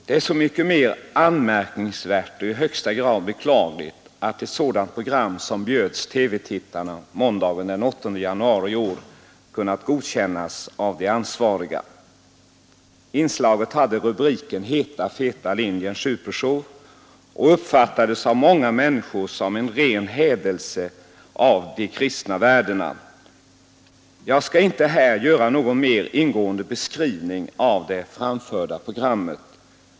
Det är därför så mycket mer anmärkningsvärt och i högsta grad beklagligt att ett sådant program som bjöds TV-tittarna måndagen den 8 januari i år kunnat godkännas av de ansvariga. Inslaget hade rubriken Heta feta linjen supershow och uppfattades av många människor som en ren hädelse av de kristna värdena. Jag skall inte här göra någon mer ingående beskrivning av det framförda programmet.